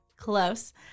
Close